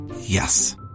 Yes